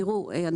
תראו,